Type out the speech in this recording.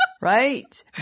Right